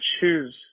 choose